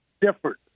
different